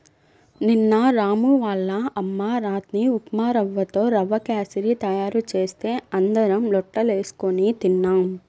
నిన్న రాము వాళ్ళ అమ్మ రాత్రి ఉప్మారవ్వతో రవ్వ కేశరి తయారు చేస్తే అందరం లొట్టలేస్కొని తిన్నాం